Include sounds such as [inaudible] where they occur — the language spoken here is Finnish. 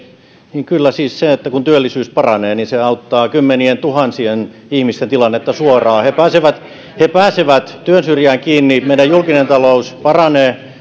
kyllä siis se että työllisyys paranee auttaa kymmenientuhansien ihmisten tilannetta suoraan he pääsevät työn syrjään kiinni meidän julkinen talous paranee [unintelligible]